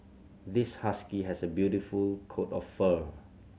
this husky has a beautiful coat of fur